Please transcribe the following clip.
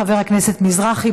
חבר הכנסת מזרחי,